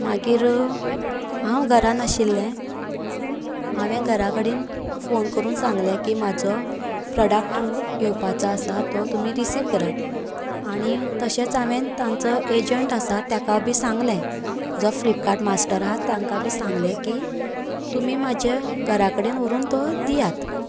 मागीर हांव घरा नाशिल्ले हांवें घरा कडेन फोन करून सांगले की म्हाजो प्रॉडक्ट येवपाचो आसा तो तुमी रिसीव्ह करात आनी तशेंच हांवेंन तांचो एजंट आसा ताका बी सांगले जो फ्लिपकार्ट मास्टर हा ताका बी सांगले की तुमी म्हाज्या घरा कडेन व्हरून तो दियात